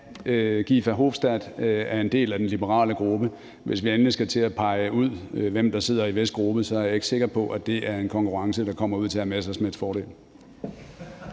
Verhofstadt er en del af den liberale gruppe, men hvis vi endelig skal til at pege ud, hvem der sidder i hvis gruppe, er jeg ikke sikker på, at det er en konkurrence, der falder ud til hr. Morten Messerschmidts fordel.